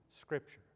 scripture